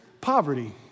poverty